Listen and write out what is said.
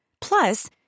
Plus